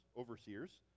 overseers